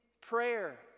prayer